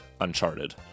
Uncharted